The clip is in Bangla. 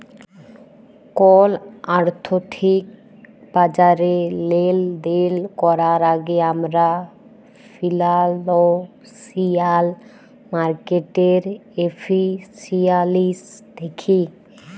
কল আথ্থিক বাজারে লেলদেল ক্যরার আগে আমরা ফিল্যালসিয়াল মার্কেটের এফিসিয়াল্সি দ্যাখি